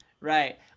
Right